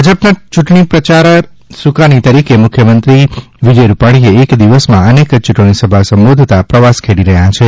ભાજપના યૂંટણી પ્રચાર સૂકાની તરીકે મુખ્યમંત્રી વિજય રૂપાણી એક દિવસમાં એનેક ચૂંટણીસભા સંબોધતા પ્રવાસ ખેડી રહ્યા છે